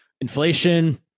Inflation